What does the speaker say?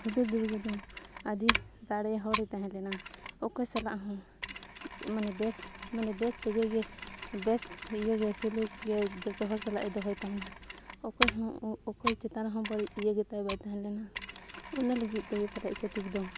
ᱦᱩᱫᱩᱲ ᱫᱩᱨᱜᱟᱹ ᱫᱚ ᱟᱹᱰᱤ ᱫᱟᱲᱮ ᱦᱚᱲᱮ ᱛᱟᱦᱮᱸ ᱞᱮᱱᱟ ᱚᱠᱚᱭ ᱥᱟᱞᱟᱜ ᱦᱚᱸ ᱢᱟᱱᱮ ᱵᱮᱥ ᱢᱟᱱᱮ ᱵᱮᱥ ᱥᱟᱹᱜᱟᱹᱭ ᱜᱮ ᱵᱮᱥ ᱤᱭᱟᱹᱜᱮ ᱥᱩᱞᱩᱠ ᱜᱮ ᱡᱚᱛᱚ ᱦᱚᱲ ᱥᱟᱞᱟᱜᱼᱮ ᱫᱚᱦᱚᱭ ᱛᱟᱦᱮᱱᱟ ᱚᱠᱚᱭ ᱦᱚᱸ ᱚᱠᱚᱭ ᱪᱮᱛᱟᱱ ᱨᱮᱦᱚᱸ ᱵᱟᱹᱲᱤᱡ ᱤᱭᱟᱹ ᱜᱮᱛᱟᱭ ᱵᱟᱭ ᱛᱟᱦᱮᱸ ᱞᱮᱱᱟ ᱚᱱᱟ ᱞᱟᱹᱜᱤᱫ ᱛᱮᱜᱮ ᱯᱟᱞᱮᱫ ᱪᱷᱟᱹᱛᱤᱠ ᱫᱚ